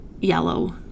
yellow